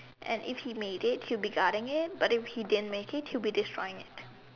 and if he made it he will be guarding it but if he didn't made it he will be destroying it